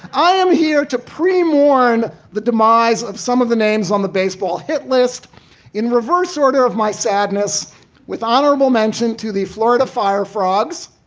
i am here to pre mourn the demise of some of the names on the baseball hit list in reverse order of my sadness with honorable mention to the florida fire frogs,